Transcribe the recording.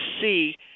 see